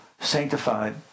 sanctified